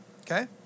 Okay